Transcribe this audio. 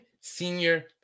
senior